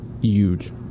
huge